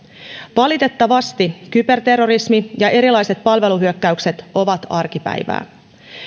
valitettavasti kyberterrorismi ja erilaiset palveluhyökkäykset ovat arkipäivää